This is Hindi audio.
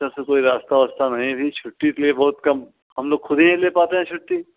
इस तरफ से कोई रास्ता वास्ता नहीं भी छुट्टी के लिए बहुत कम हम लोग ख़ुद ही नहीं ले पाते हैं छुट्टी